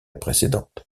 précédente